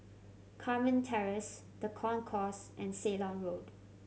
Carmen Terrace The Concourse and Ceylon Road